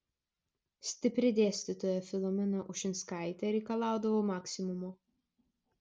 stipri dėstytoja filomena ušinskaitė reikalaudavo maksimumo